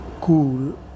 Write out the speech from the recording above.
cool